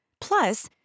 Plus